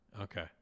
Okay